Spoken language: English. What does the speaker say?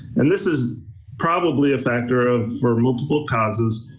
and this is probably a factor of multiple causes.